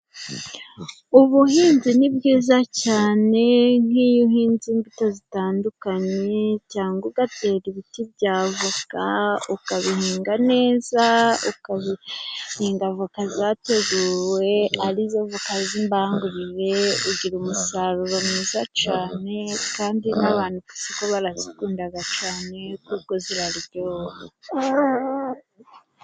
Ubuhinzi ni bwiza cyane, nk'iyo uhinze imbuto zitandukanye, cyangwa ugatera ibiti bya voka, ukabihinga neza, ugahinga avoka zateguwe arizo z'imbangurire, ugira umusaruro mwiza cyane, kandi n'abantu mu isoko barazikunda cyane kuko ziraryoha.